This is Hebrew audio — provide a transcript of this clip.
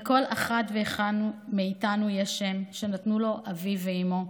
לכל אחת ואחד מאיתנו יש שם שנתנו לו אביו ואימו: